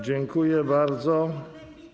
Dziękuję bardzo.